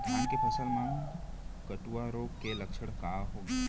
धान के फसल मा कटुआ रोग के लक्षण का हे?